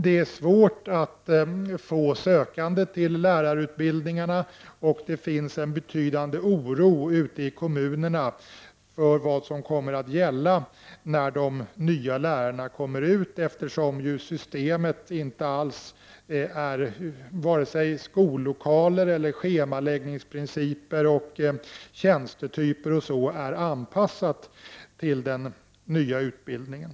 Det är svårt att få sökande till lärarutbildningarna, och det finns en betydande oro i kommunerna för vad som kommer att gälla när de nya lärarna kommer ut i skolan, eftersom det nuvarande systemet för skollokaler, schemaläggningsprinciper, tjänstetyper och liknande inte är anpassat till den nya utbildningen.